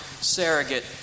surrogate